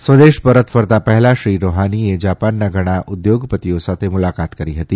સ્વદેશ પરત ફરતાં પહેલાં શ્રી રૂહાનીએ જાપાનના ઘણા ઉદ્યોગપતિઓ સાથે મુલાકાત કરી હતી